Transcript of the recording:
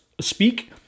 speak